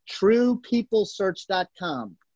TruePeopleSearch.com